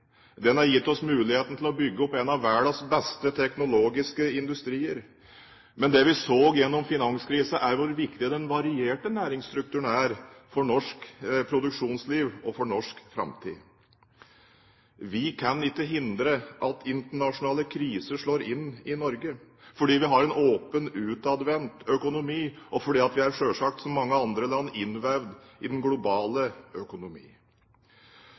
Den har gitt oss muligheten til å bygge opp en av verdens beste teknologiske industrier. Men det vi så gjennom finanskrisen, er hvor viktig den varierte næringsstrukturen er for norsk produksjonsliv og for norsk framtid. Vi kan ikke hindre at internasjonale kriser slår inn i Norge, for vi har en åpen, utadvendt økonomi, og vi er, som mange andre land, innvevd i den globale økonomi.